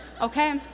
okay